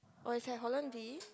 oh it's at Holland-V